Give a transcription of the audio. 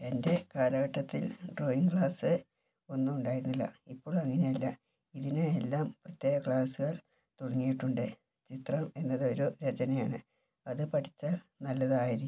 എൻ്റെ കാലഘട്ടത്തിൽ drawing class ഒന്നും ഉണ്ടായിരുന്നില്ല ഇപ്പോൾ അങ്ങനെയല്ല ഇതിന് എല്ലാം പ്രത്യേക ക്ലാസുകൾ തുടങ്ങിയിട്ടുണ്ട് ചിത്രം എന്നത് ഒരു രചനയാണ് അത് പഠിച്ചാൽ നല്ലതായിരിക്കും